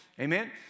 Amen